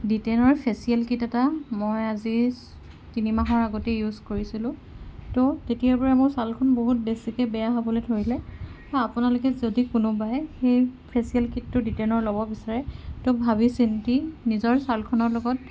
D টেনৰ facial kit এটা মই আজি তিনি মাহৰ আগতে ইউজ কৰিছিলোঁ তো তেতিয়াৰপৰা মোৰ চালখন বহুত বেছিকৈ বেয়া হ'বলৈ ধৰিলে আপোনালোকে যদি কোনোবাই সেই ফেচিয়েল কিটটো ডি টেনৰ ল'ব বিচাৰে তো ভাবি চিন্তি নিজৰ চালখনৰ লগত